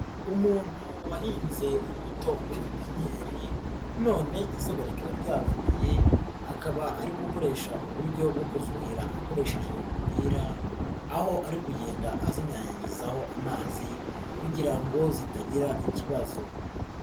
Umuntu wahinze imbuto muri pepenyeri none izuba rikaba ryavuye akaba ari gukoresha uburyo bwo kuhira akoresheje umupira aho ari kugenda azinyanyagizaho amazi kugira ngo zitagira ikibazo.